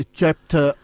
chapter